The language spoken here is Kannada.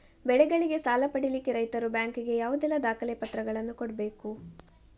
ಬೆಳೆಗಳಿಗೆ ಸಾಲ ಪಡಿಲಿಕ್ಕೆ ರೈತರು ಬ್ಯಾಂಕ್ ಗೆ ಯಾವುದೆಲ್ಲ ದಾಖಲೆಪತ್ರಗಳನ್ನು ಕೊಡ್ಬೇಕು?